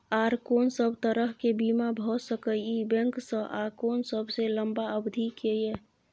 आर कोन सब तरह के बीमा भ सके इ बैंक स आ कोन सबसे लंबा अवधि के ये?